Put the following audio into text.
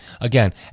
again